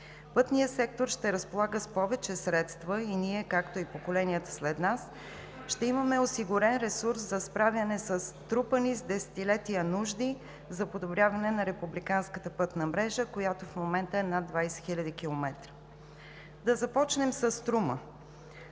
Пътният сектор ще разполага с повече средства и ние, както и поколенията след нас, ще имаме осигурен ресурс за справяне с трупани с десетилетия нужди за подобряване на републиканската пътна мрежа, която в момента е над 20 хил. км. Да започнем със „Струма“.